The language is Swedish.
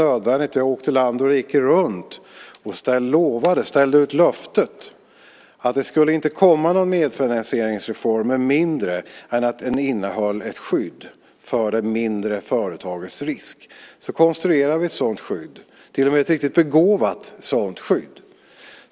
Jag åkte land och rike runt och ställde ut löftet att det inte skulle komma någon medfinansieringsreform med mindre än att den innehöll ett skydd för det mindre företagets risk. Så konstruerades ett sådant skydd - till och med ett riktigt begåvat sådant skydd!